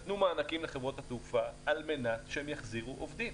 נתנו מענקים לחברות התעופה על מנת שהם יחזירו עובדים,